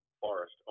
forest